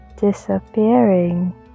disappearing